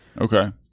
Okay